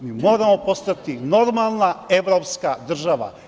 Mi moramo postati normalna evropska država.